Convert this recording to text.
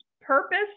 purpose